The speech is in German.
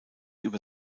über